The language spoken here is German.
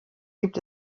gibt